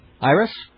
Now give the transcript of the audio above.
Iris